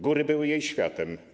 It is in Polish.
Góry były jej światem.